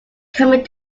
coming